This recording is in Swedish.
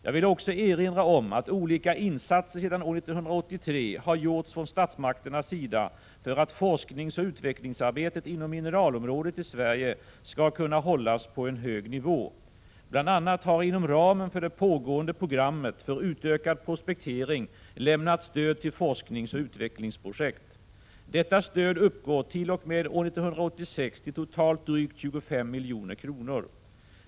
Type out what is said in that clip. Jag vill också erinra om att olika insatser sedan år 1983 har gjorts från statsmakternas sida för att forskningsoch utvecklingsarbetet inom mineralområdet i Sverige skall kunna hållas på en hög nivå. Bl. a. har inom ramen för det pågående programmet för utökad prospektering lämnats stöd till forskningsoch utvecklingsprojekt. Detta stöd uppgår t.o.m. år 1986 till totalt drygt 25 milj.kr.